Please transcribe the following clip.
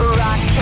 rock